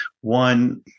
One